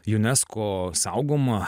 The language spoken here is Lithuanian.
unesco saugoma